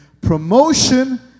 Promotion